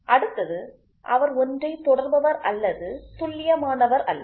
அடுத்தது அவர் ஒன்றை தொடர்பவர் அல்லது துல்லியமானவர் அல்ல